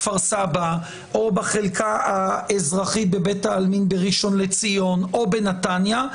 כפר סבא או בחלקה האזרחית בבית העלמין בראשון לציון או בנתניה,